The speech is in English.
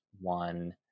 one